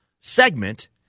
segment